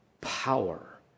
power